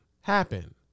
happen